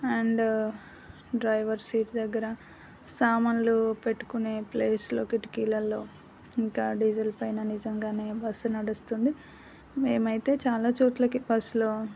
and driver seat దగ్గర సామాన్లు పెట్టుకునే ప్లేస్లో కిటికీలలో ఇంకా డీజిల్ పైన నిజంగానే బస్సు నడుస్తుంది మేమైతే చాలా చోట్లకి బస్సులో